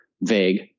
vague